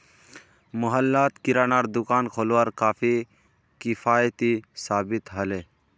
मोहल्लात किरानार दुकान खोलवार काफी किफ़ायती साबित ह ले